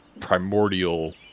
primordial